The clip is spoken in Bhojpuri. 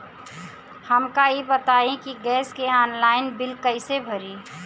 हमका ई बताई कि गैस के ऑनलाइन बिल कइसे भरी?